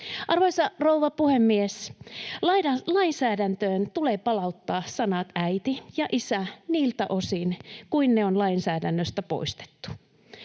Arvoisa rouva puhemies! Lainsäädäntöön tulee palauttaa sanat ”äiti” ja ”isä” niiltä osin kuin ne on lainsäädännöstä poistettu.